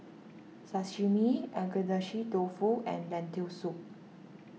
Sashimi Agedashi Dofu and Lentil Soup